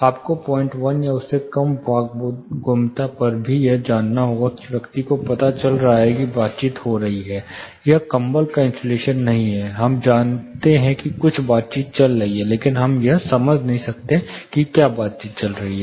आपको 01 या उससे कम वाक् बोधगम्यता पर भी यह जानना होगा की व्यक्ति को पता चल रहा है कि बातचीत हो रही है यह कंबल का इंसुलेशन नहीं है हम जानते हैं कि कुछ बातचीत चल रही है लेकिन यह नहीं समझ सकते कि क्या बातचीत चल रही है